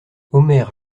omer